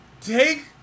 take